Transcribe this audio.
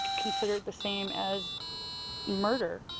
consider it the same as murder.